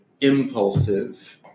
impulsive